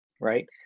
right